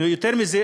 יותר מזה,